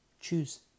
Choose